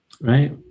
right